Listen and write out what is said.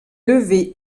lever